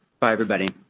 bye everybody.